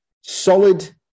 Solid